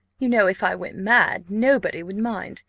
you know, if i went mad, nobody would mind,